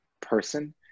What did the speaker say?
person